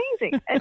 amazing